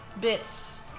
bits